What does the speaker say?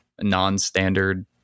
non-standard